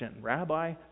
Rabbi